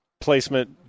placement